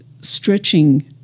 stretching